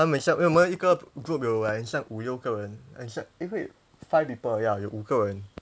他们很像因为我们一个 group 有 like 很像五六个人很像 eh wait five people ya 有五个人